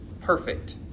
perfect